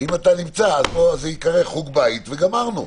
אם אתה נמצא זה ייקרא חוג בית וגמרנו.